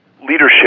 leadership